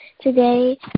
today